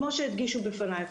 כמו שהדגישו בפנייך.